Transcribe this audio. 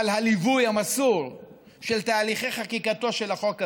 על הליווי המסור של תהליכי חקיקתו של החוק הזה,